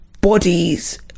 bodies